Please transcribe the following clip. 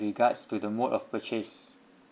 regards to the mode of purchase